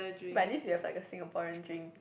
but at least we have like a Singaporean drink